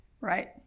Right